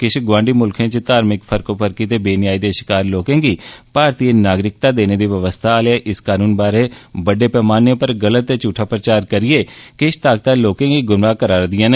किश गोआढी मुल्खें च धार्मिक फरकोफरकी ते बेन्यायी दे शिकार लोके गी भारतीय नागरिकता देने दी बवस्था आले इस कनून बरे बड्डे पैमाने पर गल्त ते झूठा प्रचार करियै किश ताकतां लोकें गी गुमराह् करा करदियां न